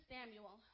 Samuel